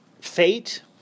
fate